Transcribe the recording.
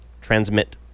transmit